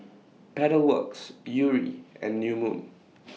Pedal Works Yuri and New Moon